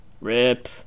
rip